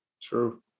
True